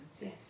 Yes